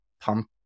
pump